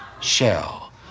shell